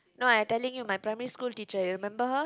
no I telling my primary school teacher you remember her